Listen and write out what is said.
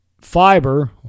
fiber